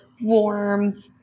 warm